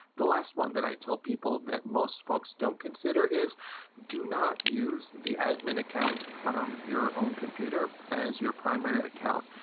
the last one that i tell people, that most folks don't consider, is do not use the admin account from your own computer as your primary account.